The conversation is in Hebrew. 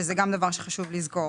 שזה גם דבר שחשוב לזכור.